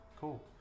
Cool